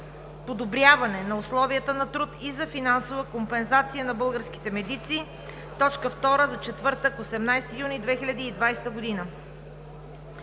подобряване на условията на труд и за финансова компенсация за българските медици – точка втора за четвъртък, 18 юни 2020 г.;